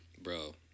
Bro